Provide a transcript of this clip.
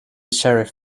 sheriff